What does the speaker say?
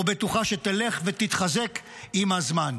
שתלך ותתחזק עם הזמן.